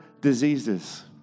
diseases